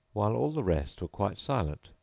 while all the rest were quite silent,